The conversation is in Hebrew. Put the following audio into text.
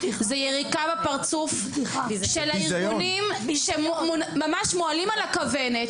זו יריקה בפרצוף של הארגונים שממש מועלים על הכוונת.